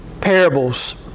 parables